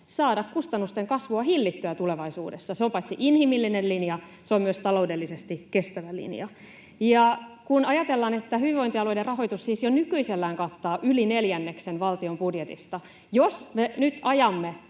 saada kustannusten kasvua hillittyä tulevaisuudessa. Se on paitsi inhimillinen linja, se on myös taloudellisesti kestävä linja. Kun ajatellaan, että hyvinvointialueiden rahoitus jo nykyisellään kattaa yli neljänneksen valtion budjetista, niin jos me nyt ajamme